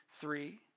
Three